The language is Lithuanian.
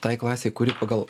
tai klasei kuri pagal